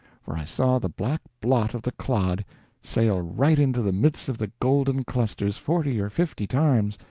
for i saw the black blot of the clod sail right into the midst of the golden clusters forty or fifty times,